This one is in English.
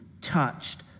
touched